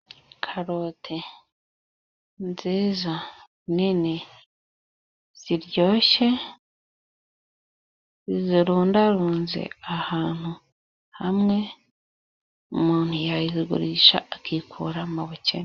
Karoti nziza, nini, ziryoshye, zirundarunze ahantu hamwe, umuntu yazigurisha akikura mu bukene.